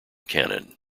cannon